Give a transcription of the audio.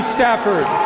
Stafford